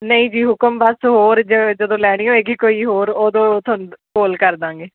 ਨਹੀਂ ਜੀ ਹੁਕਮ ਬਸ ਹੋਰ ਜ ਜਦੋਂ ਲੈਣੀ ਹੋਏਗੀ ਕੋਈ ਹੋਰ ਉਦੋਂ ਤੁਹਾਨੂੰ ਕੌਲ ਕਰ ਦੇਵਾਂਗੇ